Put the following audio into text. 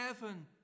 heaven